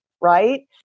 Right